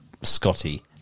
Scotty